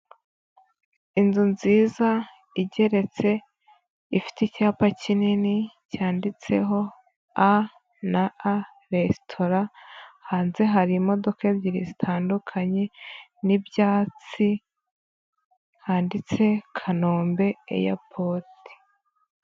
Inzu nziza igeretse, ifite icyapa kinini cyanditseho a na a resitora, hanze hari imodoka ebyiri zitandukanye n'ibyatsi, handitse Kanombe eya poti.